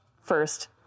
first